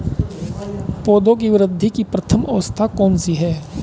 पौधों की वृद्धि की प्रथम अवस्था कौन सी है?